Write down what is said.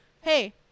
hey